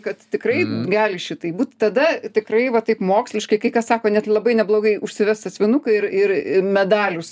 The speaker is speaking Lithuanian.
kad tikrai gali šitaip būt tada tikrai va taip moksliškai kai kas sako net labai neblogai užsivest sąsiuvinuką ir ir medalius